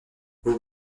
vous